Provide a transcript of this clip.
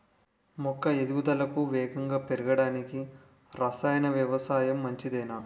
మొక్క ఎదుగుదలకు వేగంగా పెరగడానికి, రసాయన వ్యవసాయం మంచిదేనా?